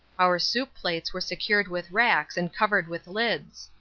our soup plates were secured with racks and covered with lids.